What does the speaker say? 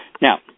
Now